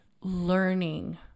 learning